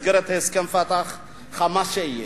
במסגרת הסכם "פתח" "חמאס" שיהיה,